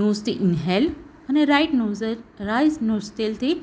નોઝથી inhale અને right right થી